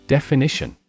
Definition